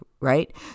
right